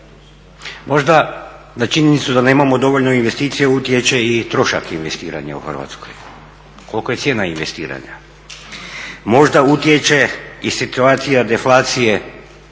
Možda na činjenicu da nemamo dovoljno investicija utječe i trošak investiranja u Hrvatskoj, kolika je cijena investiranja. Možda utječe i situacija deflacije